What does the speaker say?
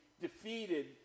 defeated